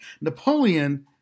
Napoleon